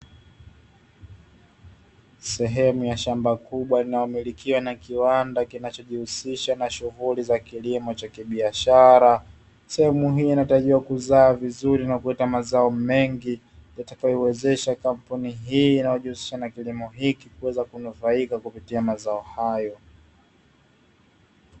Sehemu ya shamba kubwa na umemilikiwa na kiwanda kinachojihusisha na shughuli za kilimo cha kibiashara, sehemu hii inatakiwa kuzaa vizuri na kuweka mazao mengi yatakayowezesha kampuni hii inayojihusisha na kilimo hiki kuweza kunufaika kupitia mazao hayo.